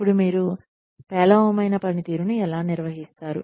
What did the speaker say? ఇప్పుడు మీరు పేలవమైన పనితీరును ఎలా నిర్వహిస్తారు